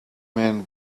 man